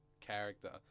character